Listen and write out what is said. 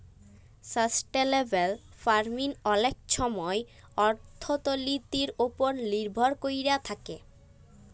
sustainable farming অলেক ছময় অথ্থলিতির উপর লির্ভর ক্যইরে থ্যাকে